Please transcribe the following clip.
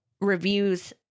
reviews